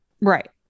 Right